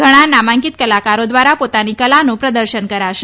ઘણા નામાંકિત કલાકારો દ્વારા પોતાની કલાનું પ્રદર્શન કરાશે